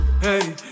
hey